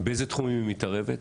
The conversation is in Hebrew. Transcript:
באיזה תחומים היא מתערבת,